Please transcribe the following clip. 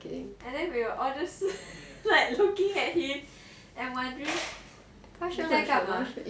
and then we were all just looking at him and wondering 他在干嘛